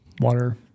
water